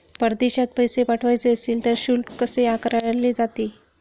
परदेशात पैसे पाठवायचे असतील तर शुल्क कसे आकारले जाते?